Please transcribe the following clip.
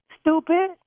Stupid